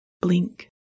blink